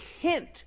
hint